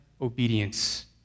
obedience